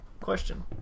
Question